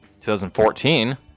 2014